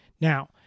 Now